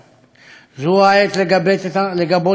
זו העת לגבות את המערכת,